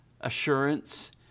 assurance